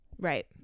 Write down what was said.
Right